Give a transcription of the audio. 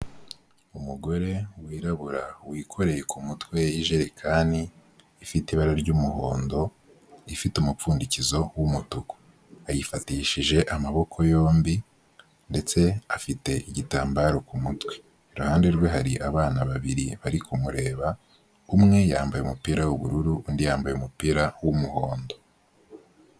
Umugore wirabura wikoreye ku mutwe ijerekani ifite ibara ry'umuhondo ifite umupfundikizo w'umutuku, ayifatishije amaboko yombi ndetse afite igitambaro ku mutwe, iruhande rwe hari abana babiri bari kumureba, umwe yambaye umupira w'ubururu undi yambaye umupira w'umuhondo.